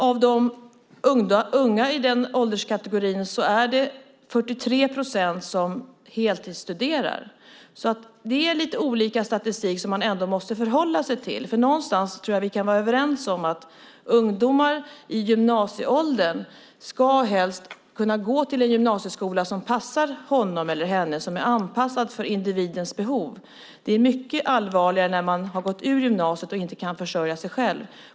Av de unga i den ålderskategorin är det 43 procent som heltidsstuderar, så det är lite olika statistik som man ändå måste förhålla sig till. Någonstans tror jag att vi kan vara överens om att ungdomar i gymnasieåldern helst ska kunna gå till en gymnasieskola som passar honom eller henne och som är anpassad för individens behov. Det är mycket allvarligare när man har gått ut gymnasiet och inte kan försörja sig själv.